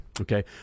okay